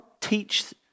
teach